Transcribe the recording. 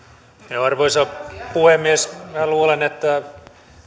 arvoisa puhemies minä luulen että